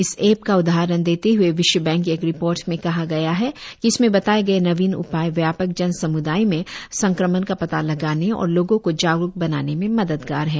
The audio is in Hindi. इस ऐप का उदाहरण देते हुए विश्व बैंक की एक रिपोर्ट में कहा गया है कि इसमें बताए गए नवीन उपाए व्यापक जन सम्दाय में संक्रमण का पता लगाने और लोगों को जागरूक बनाने में मददगार हैं